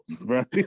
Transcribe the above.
right